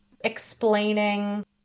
explaining